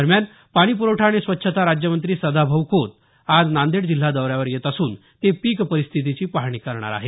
दरम्यान पाणीप्रवठा आणि स्वच्छता राज्यमंत्री सदाभाऊ खोत आज नांदेड जिल्हा दौऱ्यावर येत असून ते पीक परिस्थिची पाहणी करणार आहेत